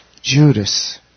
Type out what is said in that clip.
Judas